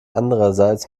andererseits